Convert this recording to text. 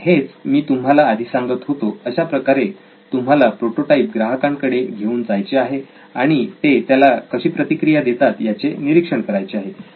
तर हेच मी तुम्हाला आधी सांगत होतो अशाप्रकारे तुम्हाला प्रोटोटाईप ग्राहकांकडे घेऊन जायचे आहे आणि ते त्याला कशी प्रतिक्रिया देतात याचे निरीक्षण करायचे आहे